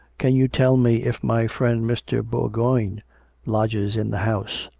can you tell me if my friend mr. bourgoign lodges in the house,